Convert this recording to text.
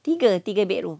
tiga tiga bedroom